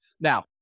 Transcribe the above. Now